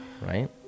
right